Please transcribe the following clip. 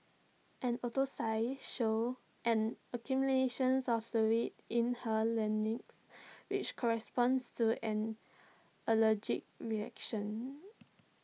an autopsy showed an accumulation of fluid in her larynx which corresponds to an allergic reaction